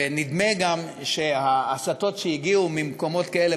ונדמה גם שההסתות שהגיעו ממקומות כאלה